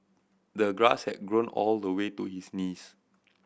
the grass had grown all the way to his knees